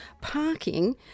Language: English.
parking